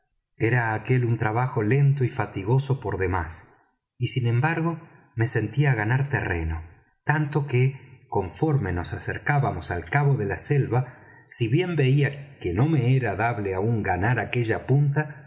era aquél un trabajo lento y fatigoso por demás y sin embargo me sentía ganar terreno tanto que conforme nos acercábamos al cabo de la selva si bien veía que no me era dable aún ganar aquella punta